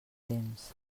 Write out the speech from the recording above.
temps